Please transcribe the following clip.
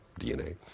DNA